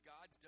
God